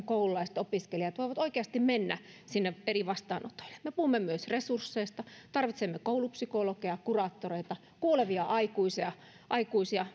koululaiset opiskelijat voivat oikeasti mennä sinne eri vastaanotoille me puhumme myös resursseista tarvitsemme koulupsykologeja kuraattoreita kuulevia aikuisia aikuisia